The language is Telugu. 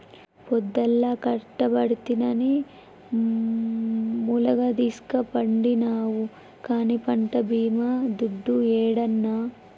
పొద్దల్లా కట్టబడితినని ములగదీస్కపండినావు గానీ పంట్ల బీమా దుడ్డు యేడన్నా